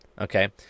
Okay